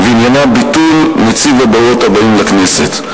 ועניינה ביטול נציב הדורות הבאים לכנסת.